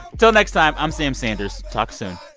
until next time, i'm sam sanders. talk soon